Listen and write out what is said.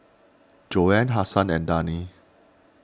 Joanne Hasan and Dani